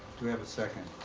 do we have a second?